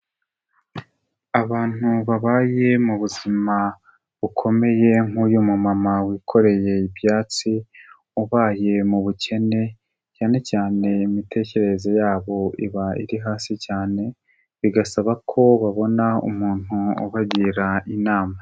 Abantu babaye mu buzima bukomeye nk'uyu mumama wikoreye ibyatsi ubaye mu bukene, cyane cyane imitekerereze yabo iba iri hasi cyane bigasaba ko babona umuntu ubagira inama.